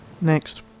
Next